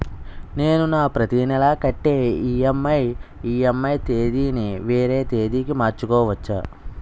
నేను నా ప్రతి నెల కట్టే ఈ.ఎం.ఐ ఈ.ఎం.ఐ తేదీ ని వేరే తేదీ కి మార్చుకోవచ్చా?